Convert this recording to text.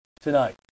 tonight